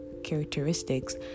characteristics